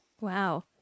Wow